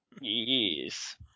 Yes